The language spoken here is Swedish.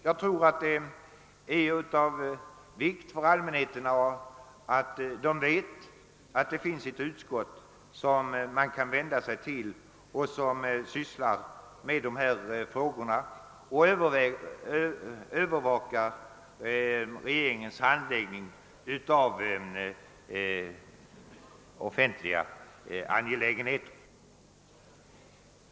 Det måste vara väsentligt för allmänheten att veta att det finns ett utskott som man kan vända sig till och som övervakar regeringens handläggning av offentliga angelägenheter.